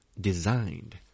designed